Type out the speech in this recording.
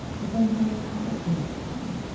but then harry potter came to town,